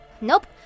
Nope